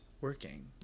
working